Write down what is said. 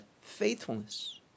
faithfulness